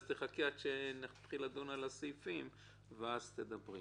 תחכי שנדבר על הסעיפים ואז תדברי.